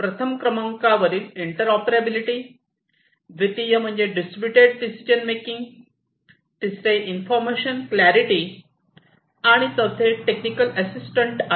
प्रथम क्रमांकावरील इंटरऑपरेबिलिटी द्वितीय म्हणजे डिस्ट्रीब्यूटेड डिसिजन मेकिंग तिसरे इन्फॉर्मेशन क्लॅरिटी आणि चौथे टेक्निकल असिस्टंट आहे